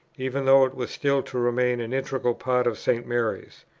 even though it was still to remain an integral part of st. mary's.